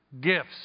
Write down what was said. gifts